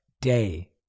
day